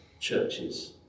churches